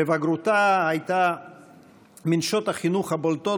בבגרותה הייתה מנשות החינוך הבולטות